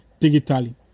digitally